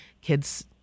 Kids